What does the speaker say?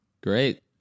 Great